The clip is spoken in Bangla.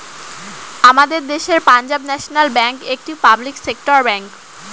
আমাদের দেশের পাঞ্জাব ন্যাশনাল ব্যাঙ্ক একটি পাবলিক সেক্টর ব্যাঙ্ক